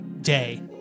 day